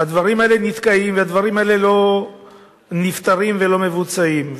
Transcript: הדברים האלה נתקעים והדברים האלה לא נפתרים ולא מבוצעים.